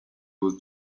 was